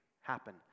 happen